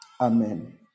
Amen